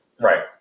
right